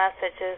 messages